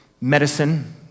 medicine